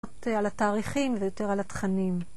...על התאריכים ויותר על התכנים.